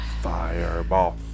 Fireball